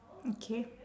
okay